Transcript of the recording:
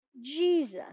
Jesus